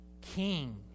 king